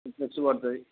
interest పడుతుంది